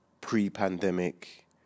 pre-pandemic